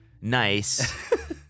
Nice